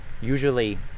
usually